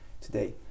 today